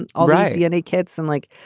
and all right. yeah. hey, kids. and like,